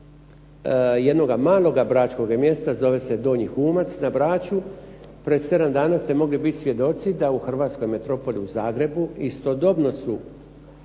jednoga maloga bračkoga mjesta. Zove se Donji Humac na Braču. Pred 7 dana ste mogli biti svjedoci da u hrvatskoj metropoli u Zagrebu istodobno se